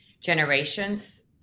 generations